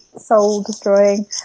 soul-destroying